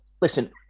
Listen